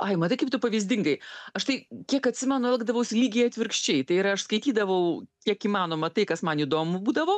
ai matai kaip tu pavyzdingai aš tai kiek atsimenu elgdavausi lygiai atvirkščiai tai yra aš skaitydavau kiek įmanoma tai kas man įdomu būdavo